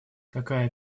такая